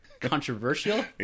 controversial